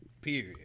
Period